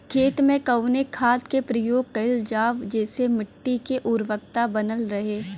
खेत में कवने खाद्य के प्रयोग कइल जाव जेसे मिट्टी के उर्वरता बनल रहे?